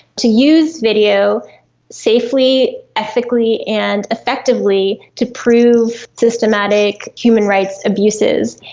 to use video safely, ethically and effectively to prove systematic human rights abuses.